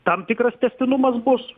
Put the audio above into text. tam tikras tęstinumas bus